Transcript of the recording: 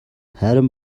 харин